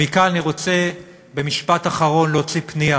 מכאן אני רוצה, במשפט אחרון, לפנות